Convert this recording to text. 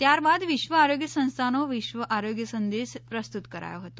ત્યારબાદ વિશ્વ આરોગ્ય સંસ્થાનો વિશ્વ આરોગ્ય સંદેશ પ્રસ્તુત કરાયો હતો